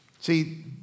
See